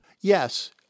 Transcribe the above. Yes